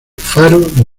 faro